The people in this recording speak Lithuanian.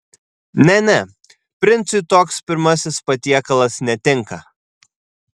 ne ne princui toks pirmasis patiekalas netinka